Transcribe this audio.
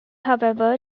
however